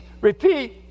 repeat